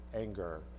anger